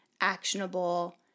actionable